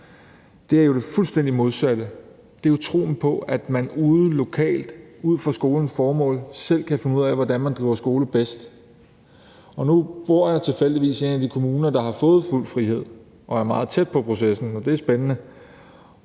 jo er det fuldstændig modsatte. Det er jo troen på, at man ude lokalt ud fra skolens formål selv kan finde ud af, hvordan man bedst driver skole. Og nu bor jeg tilfældigvis i en af de kommuner, som har fået fuld frihed og er meget tæt på processen, og det er spændende.